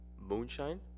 Moonshine